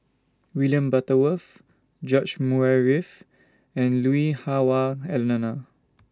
William Butterworth George Murray Reith and Lui Hah Wah Elena